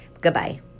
Goodbye